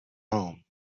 home